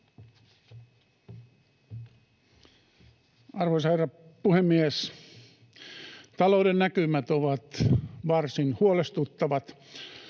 Arvoisa herra puhemies! Talouden näkymät ovat varsin huolestuttavat,